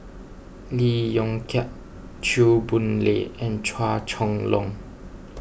Lee Yong Kiat Chew Boon Lay and Chua Chong Long